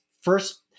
first